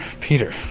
Peter